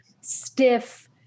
stiff